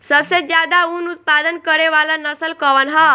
सबसे ज्यादा उन उत्पादन करे वाला नस्ल कवन ह?